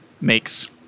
makes